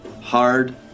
hard